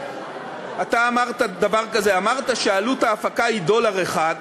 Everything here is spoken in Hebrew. אתה אמרת דבר כזה: אמרת שעלות ההפקה היא דולר אחד,